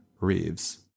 Reeves